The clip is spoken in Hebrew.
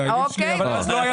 אז לא היה זרים.